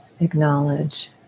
acknowledge